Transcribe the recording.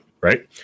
right